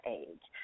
age